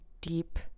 deep